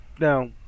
Now